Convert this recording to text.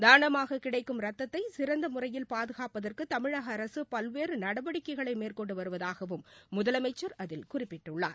தாளமாக கிடைக்கும் ரத்தத்தை சிறந்த முறையில் பாதுகாப்பதற்கு தமிழக அரசு பல்வேறு நடவடிக்கைகளை மேற்கொண்டு வருவதாகவும் முதலமைச்சா் அதில் குறிப்பிட்டுள்ளார்